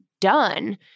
done